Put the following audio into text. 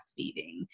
breastfeeding